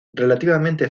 relativamente